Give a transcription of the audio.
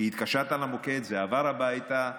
כי התקשרת למוקד, זה עבר הביתה,